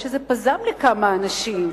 יש איזה פז"ם לכמה אנשים.